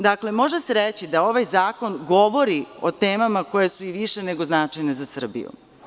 Dakle, može se reći da ovaj zakon govori o temama koje su i više nego značajne za Srbiju.